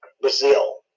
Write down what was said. Brazil